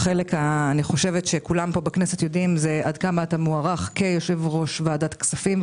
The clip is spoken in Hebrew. כולם בכנסת יודעים עד כמה אתה מוערך כיושב-ראש ועדת הכספים,